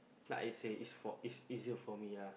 like I say is for is is easier for me lah